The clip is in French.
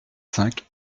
cinq